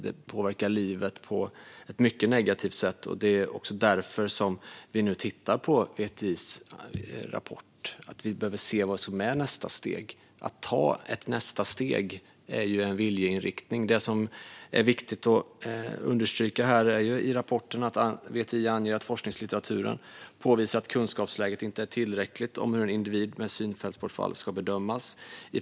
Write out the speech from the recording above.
Det påverkar livet på ett mycket negativt sätt, och det är också därför som vi tittar på VTI:s rapport. Vi behöver se vad som är nästa steg. Att ta ett nästa steg är en viljeinriktning. Det som är viktigt att understryka är att VTI i rapporten anger att forskningslitteraturen påvisar att kunskapsläget om hur individ med synfältsbortfall ska bedömas inte är tillräckligt.